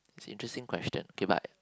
it's an interesting question okay but